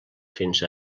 fins